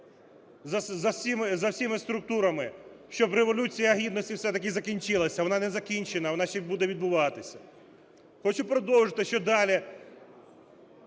за всіма структурами, щоб Революція Гідності все-таки закінчилася? Вона не закінчена, вона ще буде відбуватись. Хочу продовжити, що далі